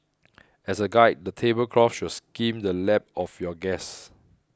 as a guide the table cloth should skim the lap of your guests